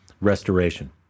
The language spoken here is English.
restoration